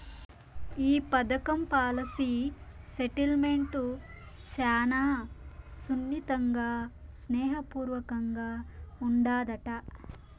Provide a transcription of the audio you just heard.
ఈ పదకం policy settlement శానా సున్నితంగా, స్నేహ పూర్వకంగా ఉండాదట